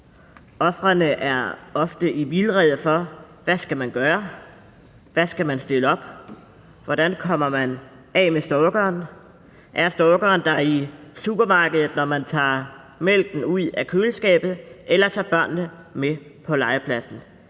Ofrene er ofte i vildrede over, hvad de skal gøre. Hvad skal man stille op? Hvordan kommer man af med stalkeren? Er stalkeren i supermarkedet, når man skal tage mælken ud af køleskabet, eller når man tager børnene med på legepladsen?